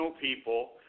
people